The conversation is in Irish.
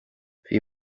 bhí